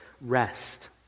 rest